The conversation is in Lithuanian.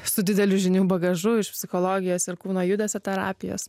su dideliu žinių bagažu iš psichologijos ir kūno judesio terapijos